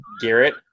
Garrett